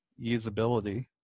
usability